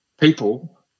people